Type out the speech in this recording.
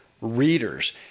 readers